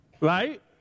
right